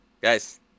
Guys